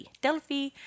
Delphi